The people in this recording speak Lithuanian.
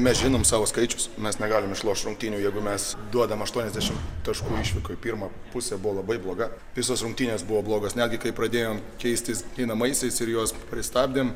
mes žinom savo skaičius mes negalim išlošt rungtynių jeigu mes duodam aštuoniasdešim taškų išvykoj pirma pusė buvo labai bloga visos rungtynės buvo blogos netgi kai pradėjom keistis ginamaisiais ir juos pristabdėm